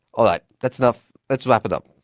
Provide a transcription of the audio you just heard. all right, that's enough, let's wrap it up.